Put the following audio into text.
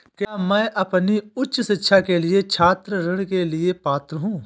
क्या मैं अपनी उच्च शिक्षा के लिए छात्र ऋण के लिए पात्र हूँ?